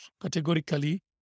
categorically